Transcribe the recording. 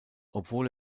obwohl